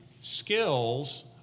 skills